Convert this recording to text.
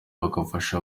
bakabafasha